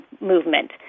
movement